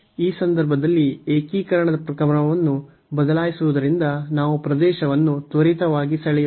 ಈ ಸಂದರ್ಭದಲ್ಲಿ ಏಕೀಕರಣದ ಕ್ರಮವನ್ನು ಬದಲಾಯಿಸುವುದರಿಂದ ನಾವು ಪ್ರದೇಶವನ್ನು ತ್ವರಿತವಾಗಿ ಸೆಳೆಯೋಣ